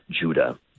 Judah